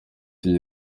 iki